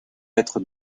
être